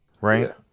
Right